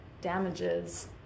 damages